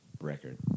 record